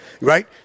right